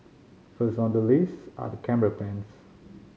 first on the list are camera pens